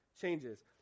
changes